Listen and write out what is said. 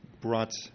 brought